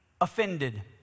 offended